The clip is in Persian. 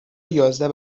یازده